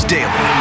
daily